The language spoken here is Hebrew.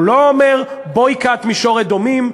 הוא לא אומר: boycott מישור-אדומים,